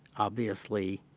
obviously,